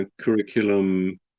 curriculum